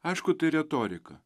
aišku tai retorika